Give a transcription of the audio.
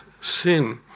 sin